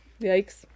Yikes